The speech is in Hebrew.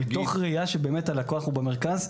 מתוך ראייה שהלקוח הוא במרכז,